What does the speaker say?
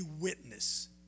witness